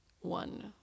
one